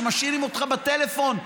שמשאירים אותך בטלפון,